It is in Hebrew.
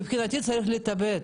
מבחינתי צריך להתאבד